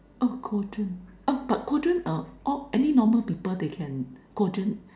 oh quadrant uh but quadrant uh all any normal people they can quadrant of